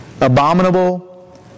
abominable